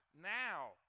Now